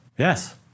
Yes